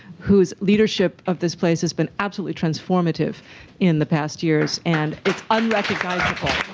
whose leadership of this place has been absolutely transformative in the past years. and it's unrecognizable.